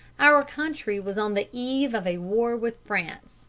our country was on the eve of a war with france,